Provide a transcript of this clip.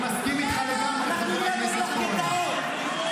אנחנו נהיה בתוך גטאות.